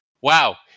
Wow